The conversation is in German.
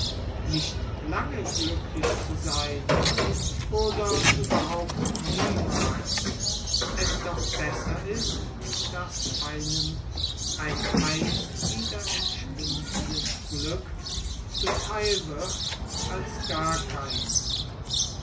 nicht lange glücklich zu sein oder niemals es doch besser ist daß einem ein einst wieder entschwindendes glück zu theil wird als gar keins